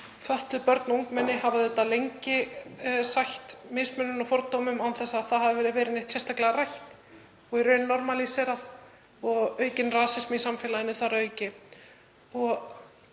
fötluð börn og ungmenni hafa lengi sætt mismunun og fordómum án þess að það hafi verið neitt sérstaklega rætt, í raun normalíserað, og aukinn rasismi í samfélaginu þar að auki.